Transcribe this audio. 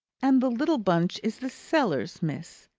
and the little bunch is the cellars, miss.